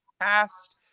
past